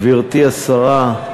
גברתי השרה,